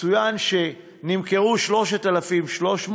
צוין שנמכרו 3,300,